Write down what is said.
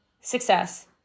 success